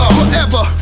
Forever